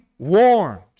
warned